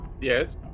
Yes